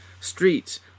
Streets